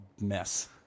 mess